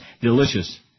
Delicious